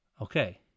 Okay